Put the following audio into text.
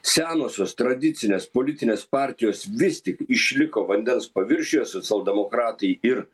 senosios tradicinės politinės partijos vis tik išliko vandens paviršiuje scialdemokratai ir